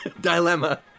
dilemma